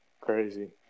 crazy